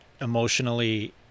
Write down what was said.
emotionally